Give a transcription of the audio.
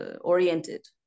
oriented